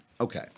Okay